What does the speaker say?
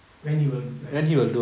when he will like